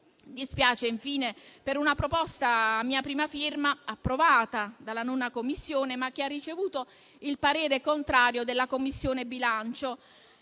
Mi spiace infine per una proposta a mia prima firma approvata dalla 9a Commissione, ma che ha ricevuto il parere contrario della Commissione bilancio.